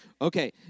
Okay